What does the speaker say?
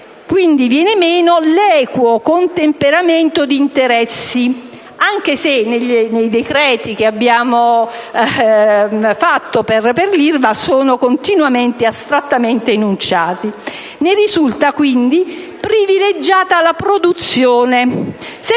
facendo venir meno l'equo contemperamento di interessi, anche se nei decreti-legge predisposti per l'Ilva essi sono continuamente ed astrattamente enunciati. Ne risulta quindi privilegiata la produzione,